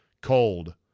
cold